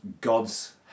God's